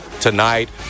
tonight